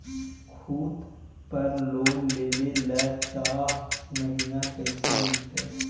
खूत पर लोन लेबे ल चाह महिना कैसे मिलतै?